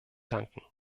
danken